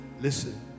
listen